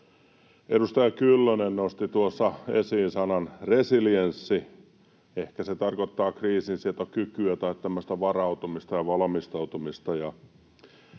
Edustaja Kyllönen nosti tuossa esiin sanan ”resilienssi” — ehkä se tarkoittaa kriisinsietokykyä tai tämmöistä varautumista ja valmistautumista.